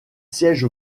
siège